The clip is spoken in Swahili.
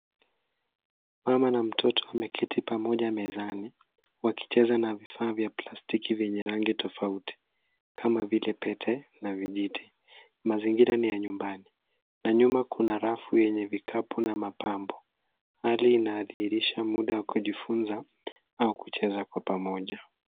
Mama na mtoto wameketi pamoja mezani wakicheza na vifaa vya plastiki vyenye rangi tofauti kama vile pete na vijiti. Mazingira ni ya nyumbani na nyuma kuna rafu yenye vikapu na mapambo. Hali inadhihirisha muda wa kujifunza au kucheza kwa pamoja.